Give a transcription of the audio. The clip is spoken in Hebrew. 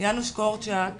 "יאנוש קורצ'ק"